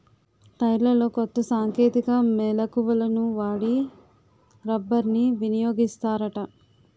టైర్లలో కొత్త సాంకేతిక మెలకువలను వాడి రబ్బర్ని వినియోగిస్తారట